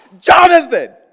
Jonathan